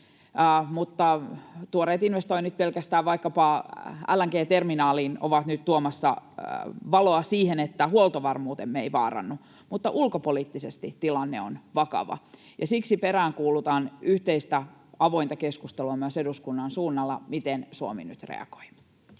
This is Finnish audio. mutta tuoreet investoinnit pelkästään vaikkapa LNG-terminaaliin ovat nyt tuomassa valoa siihen, että huoltovarmuutemme ei vaarannu. Mutta ulkopoliittisesti tilanne on vakava, ja siksi peräänkuulutan yhteistä avointa keskustelua myös eduskunnan suunnalla siitä, miten Suomi nyt reagoi.